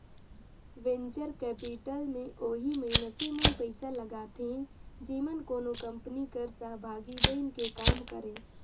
venture capital में ओही मइनसे मन पइसा लगाथें जेमन कोनो कंपनी कर सहभागी बइन के काम करें